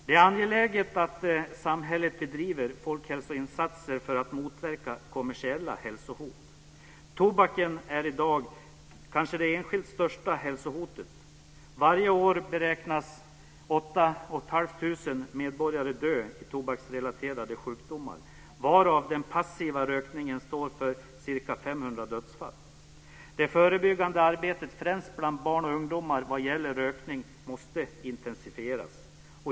Det är angeläget att samhället bedriver folkhälsoinsatser för att motverka kommersiella hälsohot. Tobaken är i dag kanske det enskilt största hälsohotet. Varje år beräknas 8 500 medborgare dö av tobaksrelaterade sjukdomar, varav den passiva rökningen står för ca 500 dödsfall. Det förebyggande arbetet främst bland barn och ungdomar vad gäller rökning måste intensifieras.